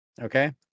Okay